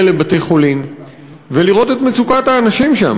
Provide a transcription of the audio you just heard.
לבתי-חולים ולראות את מצוקת האנשים שם,